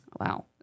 Wow